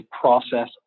process